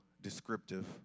descriptive